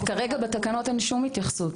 כרגע אין שום התייחסות בתקנות.